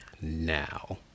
now